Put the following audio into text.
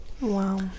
Wow